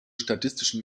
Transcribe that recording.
statistischen